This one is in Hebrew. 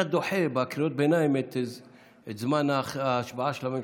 אתה דוחה בקריאות הביניים את זמן ההשבעה של הממשלה.